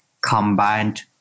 combined